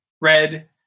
red